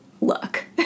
look